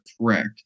correct